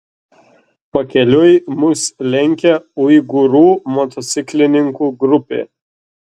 pakeliui mus lenkė uigūrų motociklininkų grupė